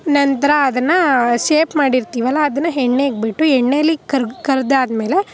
ನಂತರ ಅದನ್ನು ಶೇಪ್ ಮಾಡಿರ್ತೀವಲ್ಲ ಅದನ್ನು ಎಣ್ಣೆಗೆ ಬಿಟ್ಟು ಎಣ್ಣೇಲಿ ಕರಿ ಕರೆದಾದ್ಮೇಲೆ